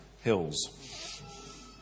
Hills